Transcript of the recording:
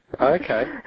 Okay